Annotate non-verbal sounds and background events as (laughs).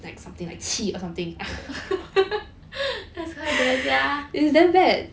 (laughs) that's quite bad sia